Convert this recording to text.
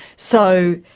so,